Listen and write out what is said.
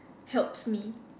helps me